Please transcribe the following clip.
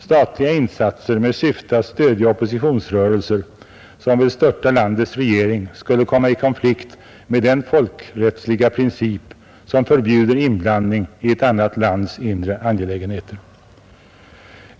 Statliga insatser med syfte att stödja oppositionsrörelser, som vill störta landets regering, skulle komma i konflikt med den förut nämnda folkrättsliga princip, som förbjuder inblandning i ett annat lands inre angelägenheter.